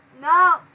no